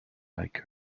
like